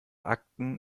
akten